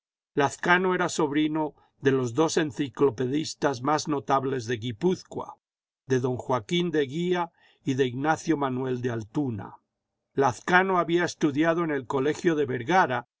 lazcano era sobrino de los dos enciclopedistas más notables de guipúzcoa de don joaquín de eguía y de ignacio manuel de altuna lazcano había estudiado en el colegio de vergara